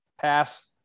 Pass